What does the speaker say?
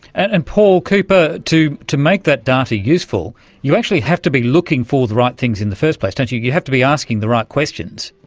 and paul cooper, to to make that data useful you actually have to be looking for the right things in the first place, don't you, you have to be asking the right questions.